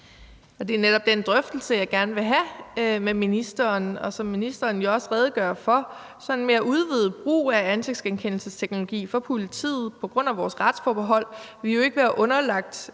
Det er netop den drøftelse, jeg gerne vil have med ministeren. Og som ministeren også redegør for, vil en mere udvidet brug af ansigtsgenkendelse hos politiet jo på grund af vores retsforbehold ikke være underlagt